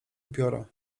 upiora